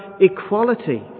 equality